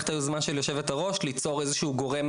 את היוזמה של יושב הראש ליצור איזה שהוא גורם